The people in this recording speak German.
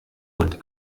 und